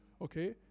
okay